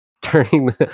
turning